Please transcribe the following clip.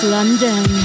London